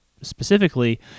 specifically